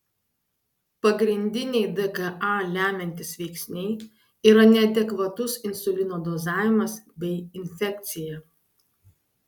pagrindiniai dka lemiantys veiksniai yra neadekvatus insulino dozavimas bei infekcija